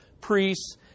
priests